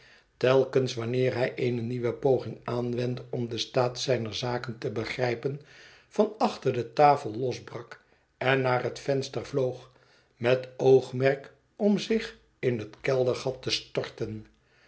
telkens wanneer hij eene nieuwe poging aanwendde om den staat zijner zaken te begrijpen van achter de tafel losbrak en naar het venster vloog met oogmerk om zich in het keldergat te storten